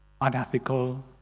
unethical